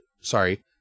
sorry